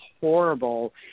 horrible